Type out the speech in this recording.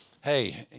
hey